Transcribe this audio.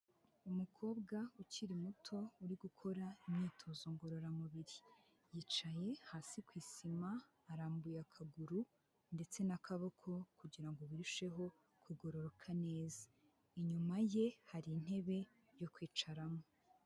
Umukobwa ukiri muto, uri gukora imyitozo ngororamubiri, yicaye hasi ku isima, arambuye akaguru ndetse n'akaboko kugira ngo birusheho kugororoka neza, inyuma ye hari intebe yo kwicaramo.